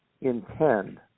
intend